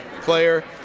player